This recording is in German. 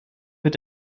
wird